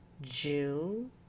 june